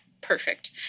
perfect